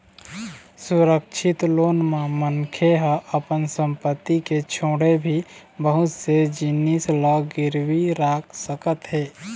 सुरक्छित लोन म मनखे ह अपन संपत्ति के छोड़े भी बहुत से जिनिस ल गिरवी राख सकत हे